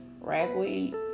ragweed